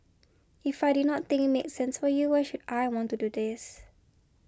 if I did not think make sense for you why should I want to do this